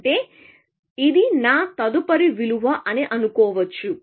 అంటే ఇది నా తదుపరి విలువ అని అనుకోవచ్చు